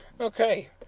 Okay